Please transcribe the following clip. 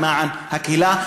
למען הקהילה,